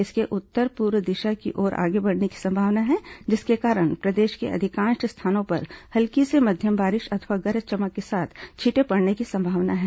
इसके उत्तर पूर्व दिशा की ओर आगे बढ़ने की संभावना है जिसके कारण प्रदेश के अधिकांश स्थानों पर हल्की से मध्यम बारिश अथवा गरज चमक के साथ छीटें पड़ने की संभावना है